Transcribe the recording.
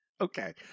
Okay